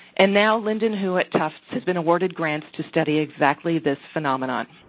and now linden hu at tufts has been awarded grants to study exactly this phenomenon.